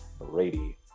brady